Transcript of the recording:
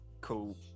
cool